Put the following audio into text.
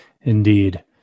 Indeed